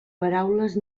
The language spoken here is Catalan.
paraules